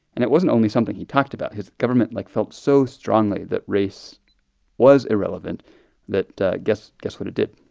and it wasn't only something he talked about. his government, like, felt so strongly that race was irrelevant that that guess guess what it did?